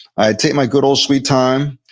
i would take my good old sweet time,